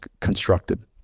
constructed